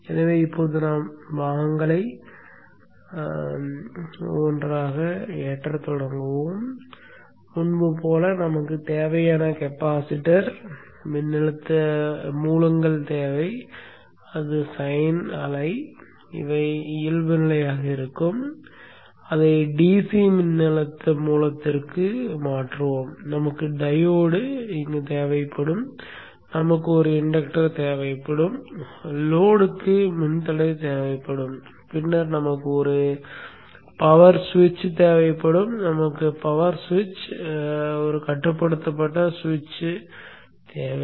எனவே இப்போது நாம் பாகங்களை ஏற்றத் தொடங்குவோம் முன்பு போல நமக்குத் தேவையான கெபாசிட்டர் மின்னழுத்த மூலங்கள் தேவை சைன் அலை அல்ல இவை இயல்புநிலையாக இருக்கும் அதை DC மின்னழுத்த மூலத்திற்கு மாற்றுவோம் நமக்கு டையோடு தேவைப்படும் நமக்கு ஒரு இன்டக்டர் தேவைப்படும் லோட்க்கு மின்தடை தேவைப்படும் பின்னர் நமக்கு ஒரு பவர் சுவிட்ச் தேவைப்படும் நமக்கு பவர் சுவிட்ச் கட்டுப்படுத்தப்பட்ட சுவிட்ச் தேவை